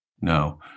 No